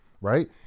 right